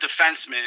defenseman